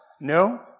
No